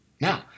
Now